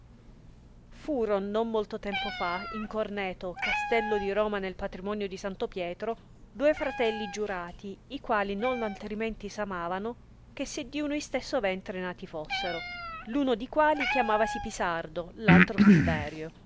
etto furon non molto tempo fa in corneto castello di roma nel patrimonio di santo pietro duoi fratelli giurati i quali non altrimenti s amavano che se di uno istesso ventre nati fossero uno di quali chiamavasi pisardo l'altro silverio